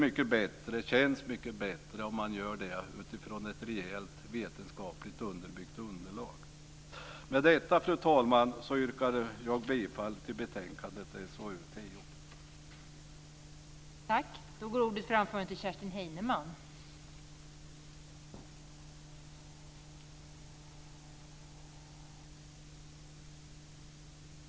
Det känns mycket bättre att ha ett rejält vetenskapligt underbyggt underlag. Med detta, fru talman, yrkar jag bifall till utskottets hemställan i socialutskotttets betänkande SoU10.